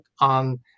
on